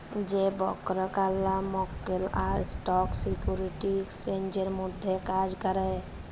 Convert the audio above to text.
যে ব্রকাররা মক্কেল আর স্টক সিকিউরিটি এক্সচেঞ্জের মধ্যে কাজ ক্যরে